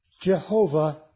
Jehovah